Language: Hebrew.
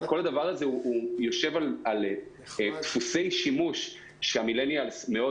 כל זה יושב על דפוסי שימוש שהמילניאס מאוד